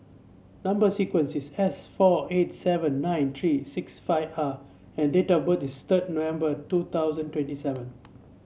number sequence is S four eight seven nine three six five R and date of birth is third November two thousand twenty seven